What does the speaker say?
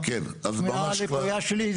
השמיעה הלקויה שלי,